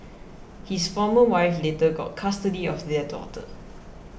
his former wife later got custody of their daughter